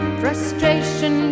frustration